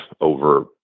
over